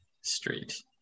street